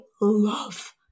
love